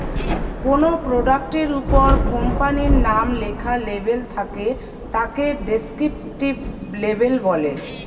কোনো প্রোডাক্ট এর উপর কোম্পানির নাম লেখা লেবেল থাকে তাকে ডেস্ক্রিপটিভ লেবেল বলে